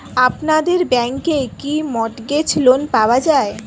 আপনাদের ব্যাংকে কি মর্টগেজ লোন পাওয়া যায়?